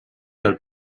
del